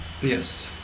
Yes